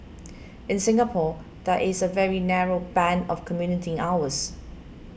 in Singapore there is a very narrow band of commuting hours